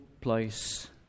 place